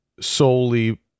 solely